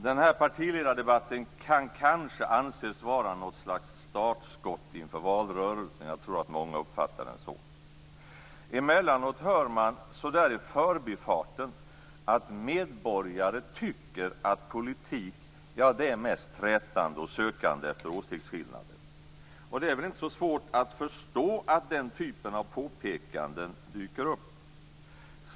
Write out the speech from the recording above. Den här partiledardebatten kan kanske anses vara något slags startskott inför valrörelsen. Jag tror att många uppfattar den så. Emellanåt hör man, så där i förbifarten, att medborgare tycker att politik mest är trätande och sökande efter åsiktsskillnader. Det är väl inte så svårt att förstå att den typen av påpekanden dyker upp.